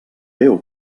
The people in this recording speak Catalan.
déu